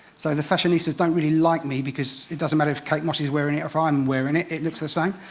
so, the fashionistas don't really like me because it doesn't matter if kate moss is wearing it or if i'm wearing it, it looks the same.